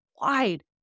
wide